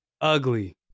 Ugly